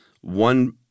one